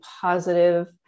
positive